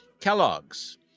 Kellogg's